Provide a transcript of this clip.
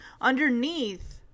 underneath